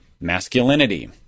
masculinity